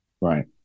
Right